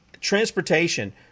transportation